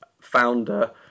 founder